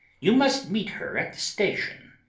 you must meet her at the station.